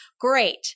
great